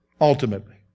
ultimately